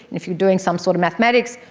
if you are doing some sort of mathematics,